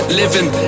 living